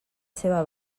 seva